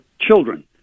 children